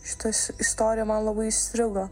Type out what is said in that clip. šitas istorija man labai įstrigo